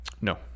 No